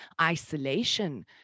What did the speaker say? isolation